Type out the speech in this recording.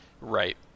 right